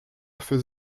fait